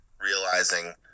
realizing